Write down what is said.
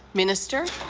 minister.